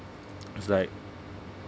it's like